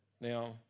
Now